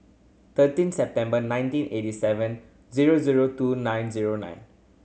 thirteen September nineteen eighty seven zero zero two nine zero nine